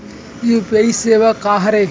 UPI सेवा का हरे?